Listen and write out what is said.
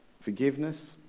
forgiveness